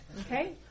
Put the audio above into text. Okay